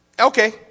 okay